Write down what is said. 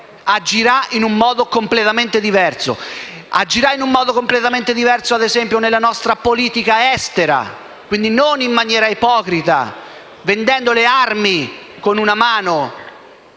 agiranno in un modo completamente diverso, ad esempio nella nostra politica estera, quindi non in maniera ipocrita, vendendo le armi con una mano